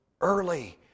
early